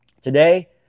today